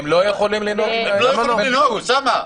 הם לא יכולים לנהוג, אוסאמה.